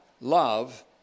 Love